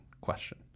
question